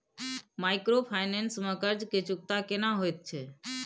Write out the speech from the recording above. Microfinance में कर्ज के चुकता केना होयत छै?